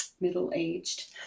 middle-aged